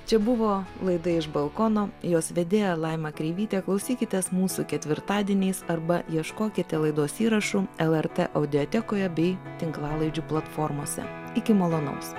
čia buvo laida iš balkono jos vedėja laima kreivytė klausykitės mūsų ketvirtadieniais arba ieškokite laidos įrašų lrt audiotekoje bei tinklalaidžių platformose iki malonaus